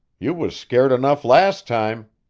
you was scared enough last time.